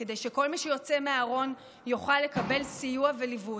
כדי שכל מי שיוצא מן הארון יוכל לקבל סיוע וליווי.